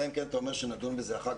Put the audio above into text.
אלא אם כן אתה אומר שנדון אחר כך,